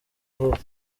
vuba